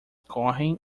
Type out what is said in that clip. correm